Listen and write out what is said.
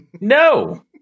No